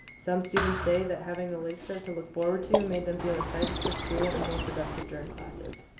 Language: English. some students say that having the late start to look forward to made them feel excited for school and more productive during classes.